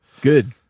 Good